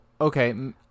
okay